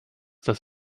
das